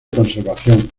conservación